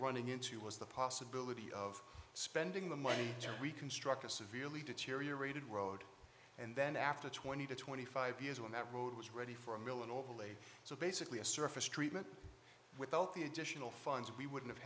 running into was the possibility of spending the money to reconstruct a severely deteriorated road and then after twenty to twenty five years when that road was ready for a mill and overlaid so basically a surface treatment without the additional funds we wouldn't